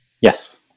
Yes